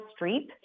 Streep